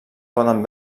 poden